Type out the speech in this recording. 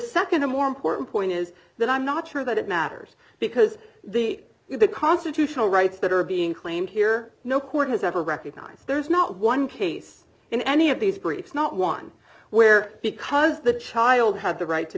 and more important point is that i'm not sure that it matters because the constitutional rights that are being claimed here no court has ever recognize there's not one case in any of these briefs not one where because the child had the right to